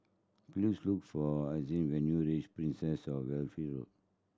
please look for Ishaan when you reach Princess Of Wales Road